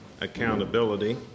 accountability